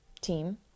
team